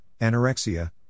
anorexia